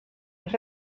els